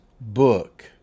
book